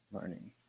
Learning